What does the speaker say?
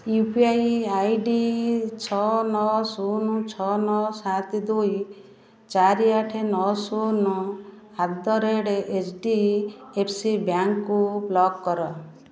you P I D ଛଅ ନଅ ଶୂନ ଛଅ ନଅ ସାତ ଦୁଇ ଚାରି ଆଠ ନଅ ଶୂନ at the H D F C ବ୍ୟାଙ୍କକୁ ବ୍ଲକ୍ କର